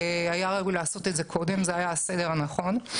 היה ראוי לעשות את זה קודם, זה היה הסדר הנכון.